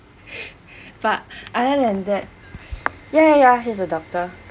but other than that ya ya ya he's a doctor